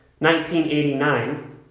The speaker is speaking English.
1989